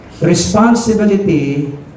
Responsibility